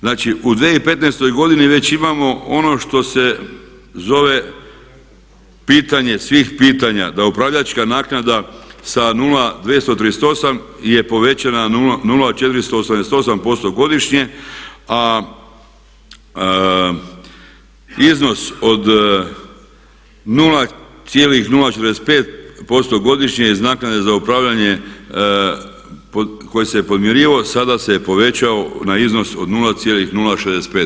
Znači, u 2015. godini već imamo ono što se zove pitanje svih pitanja, da upravljačka naknada sa 0238 je povećana na 0488% godišnje, a iznos od 0,045% godišnje iz naknade za upravljanje koji se podmirivao sada se povećao na iznos od 0,065%